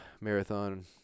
marathon